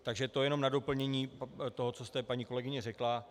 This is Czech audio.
Takže to jen na doplnění toho, co jste, paní kolegyně, řekla.